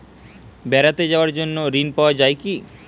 বেড়াতে যাওয়ার জন্য ঋণ পাওয়া যায় কি?